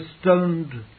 stoned